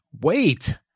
wait